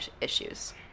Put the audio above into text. issues